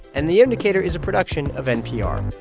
and the indicator is a production of npr